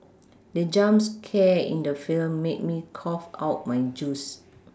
the jump scare in the film made me cough out my juice